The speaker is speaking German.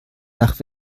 nach